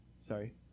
sorry